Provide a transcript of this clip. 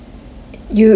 you you